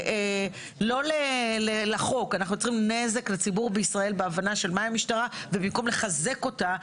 אלא יוצרים נזק לציבור בישראל בהבנה של מהי משטרה ובמקום לחזק אותה,